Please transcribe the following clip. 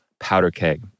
powderkeg